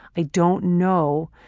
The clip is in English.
i don't know,